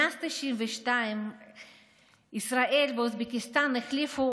מאז 1992 ישראל ואוזבקיסטן החליפו